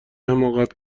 حماقت